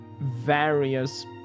Various